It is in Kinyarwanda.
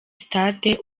sitade